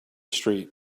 street